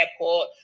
airport